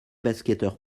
basketteur